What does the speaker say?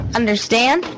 understand